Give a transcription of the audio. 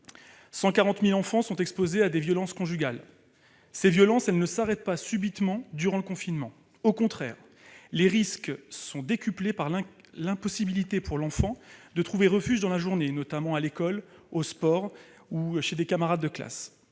140 000 enfants sont exposés à des violences conjugales. Ces violences, elles ne s'arrêtent pas subitement durant le confinement. Au contraire, les risques sont décuplés par l'impossibilité pour l'enfant de trouver refuge durant la journée : à l'école, au sport ou chez des camarades de classe.